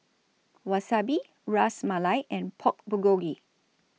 Wasabi Ras Malai and Pork Bulgogi